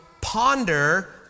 ponder